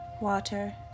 water